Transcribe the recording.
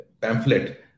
pamphlet